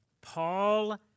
Paul